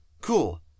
Cool